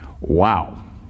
Wow